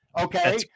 Okay